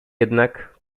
jednak